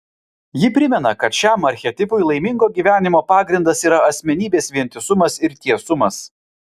ji primena kad šiam archetipui laimingo gyvenimo pagrindas yra asmenybės vientisumas ir tiesumas